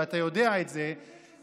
ואתה יודע את זה,